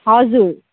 हजुर